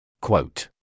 Quote